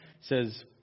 says